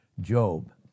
Job